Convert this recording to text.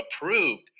approved